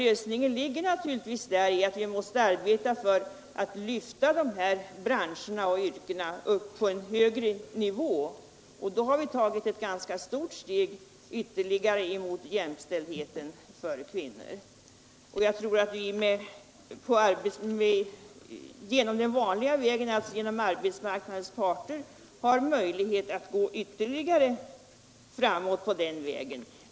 Lösningen ligger naturligtvis däri, att vi arbetar för att lyfta dessa branscher och yrken upp på en högre nivå. Då har vi tagit ett ganska stort steg ytterligare mot jämställdheten för kvinnor. Jag tror att vi på det vanliga sättet, alltså genom arbetsmarknadens parter, har möjligheter att gå ytterligare framåt på den vägen.